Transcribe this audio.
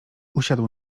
usiadł